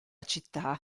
città